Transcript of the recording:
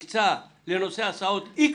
הקצה לנושא הסעות "איקס",